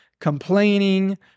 complaining